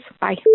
Bye